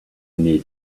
new